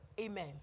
amen